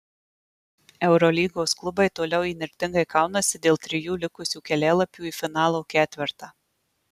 eurolygos klubai toliau įnirtingai kaunasi dėl trijų likusių kelialapių į finalo ketvertą